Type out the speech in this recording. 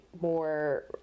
more